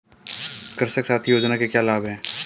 कृषक साथी योजना के क्या लाभ हैं?